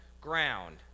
ground